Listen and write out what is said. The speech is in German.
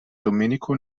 domenico